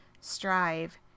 strive